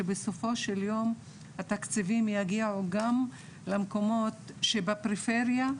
שבסופו של יום התקציבים יגיעו גם למקומות שבפריפריה,